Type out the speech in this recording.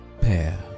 Pair